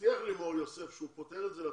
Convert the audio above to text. מור יוסף הבטיח שהוא פותר את זה כי